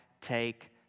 take